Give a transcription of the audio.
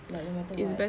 like no matter what